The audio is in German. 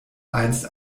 einst